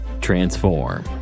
Transform